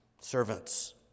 Servants